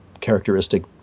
characteristic